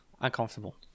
uncomfortable